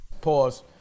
Pause